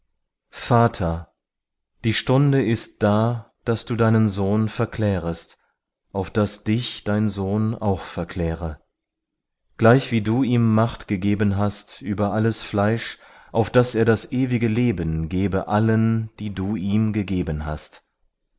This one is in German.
vater die stunde ist da daß du deinen sohn verklärest auf daß dich dein sohn auch verkläre gleichwie du ihm macht hast gegeben über alles fleisch auf daß er das ewige leben gebe allen die du ihm gegeben hast